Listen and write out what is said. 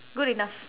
good enough